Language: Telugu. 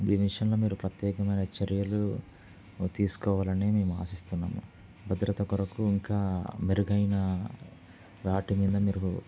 ఈ విషయంలో మీరు ప్రత్యేకమైన చర్యలు తీసుకోవాలని మేము ఆశిస్తున్నాము భద్రత కొరకు ఇంకా మెరుగైన వాటి మీద మీరు